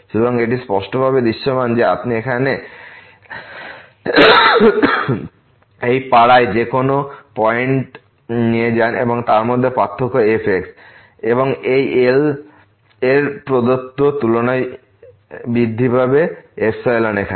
সুতরাং এটি স্পষ্টভাবে দৃশ্যমান যে আপনি এখানে এই পাড়ায় যে কোন পয়েন্ট নিয়ে যান এবং তারপরমধ্যে পার্থক্য f এবং এই L এর প্রদত্ত তুলনায় বৃদ্ধি পাবে এখানে